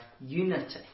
unity